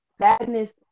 Sadness